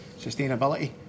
sustainability